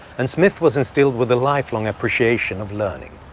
and smith was instilled with a life-long appreciation of learning.